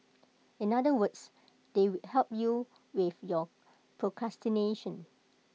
in other words they help you with your procrastination